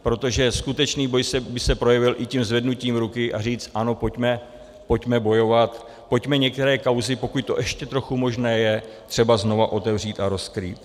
Protože skutečný boj by se projevil i tím zvednutím ruky, a říci ano, pojďme bojovat, pojďme některé kauzy, pokud to ještě trochu možné je, třeba znovu otevřít a rozkrýt.